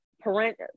parent